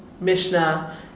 Mishnah